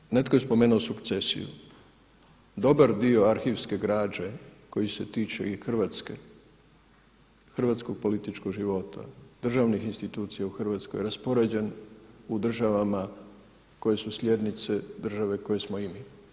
Dakle, netko je spomenuo sukcesiju, dobar dio arhivske građe koji se tiče i Hrvatske, hrvatskog političkog života, državnih institucija u Hrvatskoj raspoređen u državama koje su slijednice države koje smo i mi.